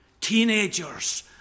teenagers